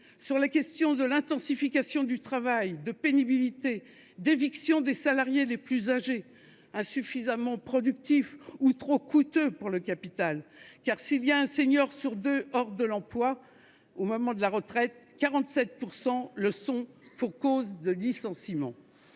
sur les politiques d'intensification du travail, de pénibilité et d'éviction des salariés les plus âgés, insuffisamment productifs et trop coûteux pour le capital, car, si la moitié des seniors sont hors de l'emploi au moment de la retraite, 47 % le sont pour cause de licenciement.